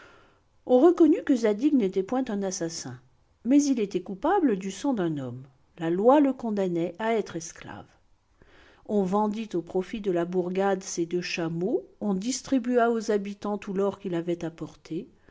on reconnut que zadig n'était point un assassin mais il était coupable du sang d'un homme la loi le condamnait à être esclave on vendit au profit de la bourgade ses deux chameaux on distribua aux habitants tout l'or qu'il avait apporté